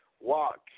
walk